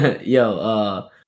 Yo